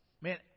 Man